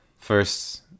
First